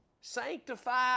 Sanctify